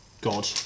God